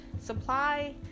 supply